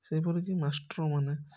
ସେହିପରି କି ମାଷ୍ଟରମାନେ